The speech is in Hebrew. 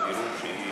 בתדירות שהיא,